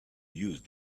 use